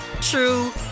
true